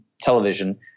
television